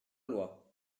loi